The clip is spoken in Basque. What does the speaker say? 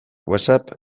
whatsapp